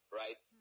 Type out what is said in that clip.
right